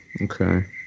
Okay